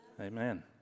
Amen